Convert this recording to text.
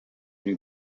new